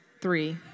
three